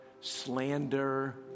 slander